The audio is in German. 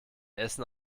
essen